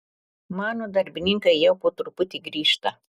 mano darbininkai jau po truputį grįžta